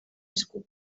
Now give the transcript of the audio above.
esku